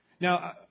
Now